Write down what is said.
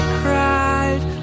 cried